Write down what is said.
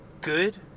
good